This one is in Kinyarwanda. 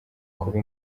kuba